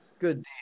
Good